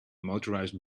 motorized